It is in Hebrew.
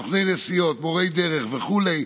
יעלה ויבוא חבר הכנסת עופר